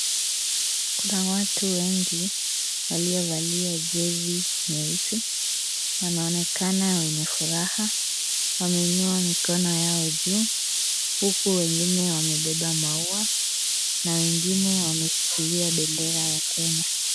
Kuna watu wengi waliovalia jezi nyeusi. Wanaonekana wenye furaha. Wameinua mikono yao juu, huku wengine wamebeba maua na wengine wameshikilia bendera ya Kenya.